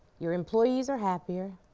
your employees are happier,